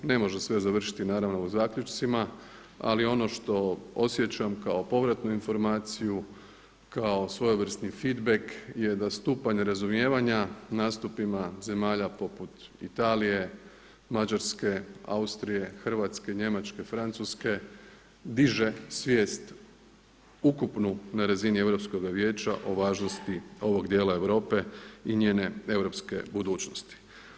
Ne može sve završiti naravno u zaključcima, ali ono što osjećam kao povratnu informaciju, kao svojevrsni feedback je da stupanj razumijevanja nastupima zemalja poput Italije, Mađarske, Austrije, Hrvatske, Njemačke, Francuske diže svijest ukupnu na razini Europskoga vijeća o važnosti ovog dijela Europe i njene europske budućnosti.